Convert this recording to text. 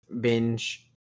binge